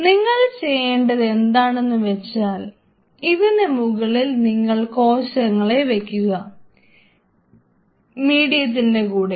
നിങ്ങൾ ചെയ്യേണ്ടത് എന്താണെന്നുവെച്ചാൽ ഇതിനു മുകളിൽ നിങ്ങൾ കോശങ്ങളെ വെക്കുക മീഡിയത്തിന്റെ കൂടെ